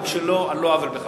גם על לא עוול בכפו.